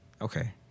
okay